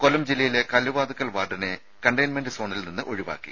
കൊല്ലം ജില്ലയിലെ കല്ലുവാതുക്കൽ വാർഡിനെ കണ്ടെയ്ൻമെന്റ് സോണിൽ നിന്ന് ഒഴിവാക്കി